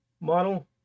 model